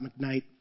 McKnight